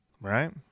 right